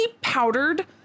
powdered